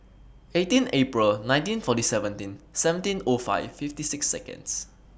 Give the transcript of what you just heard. eighteen April nineteen forty seventeen seventeen O five fifty six Seconds